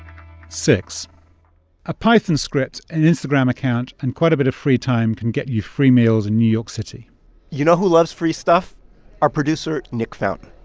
six a python script, an instagram account and quite a bit of free time can get you free meals in new york city you know who loves free stuff our producer nick fountain